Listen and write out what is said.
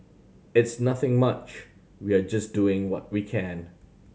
it's nothing much we are just doing what we can